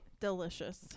Delicious